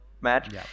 match